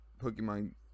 Pokemon